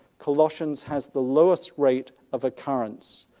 colossians has the lowest rate of occurrence.